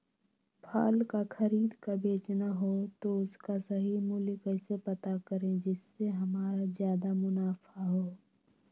फल का खरीद का बेचना हो तो उसका सही मूल्य कैसे पता करें जिससे हमारा ज्याद मुनाफा हो?